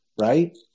right